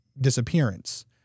disappearance